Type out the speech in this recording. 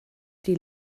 die